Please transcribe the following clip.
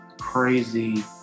crazy